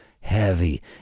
heavy